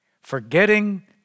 Forgetting